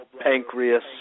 pancreas